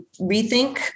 rethink